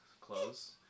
clothes